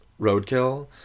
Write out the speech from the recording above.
roadkill